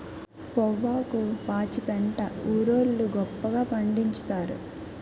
పొవ్వాకు పాచిపెంట ఊరోళ్లు గొప్పగా పండిచ్చుతారు